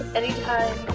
anytime